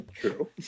true